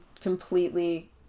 completely